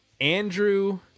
andrew